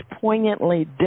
poignantly